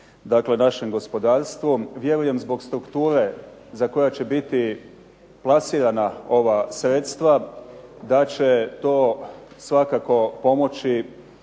našem gospodarstvu, vjerujem zbog strukture koja će biti plasirana ova sredstva da će to svakako pomoći